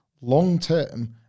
long-term